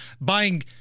buying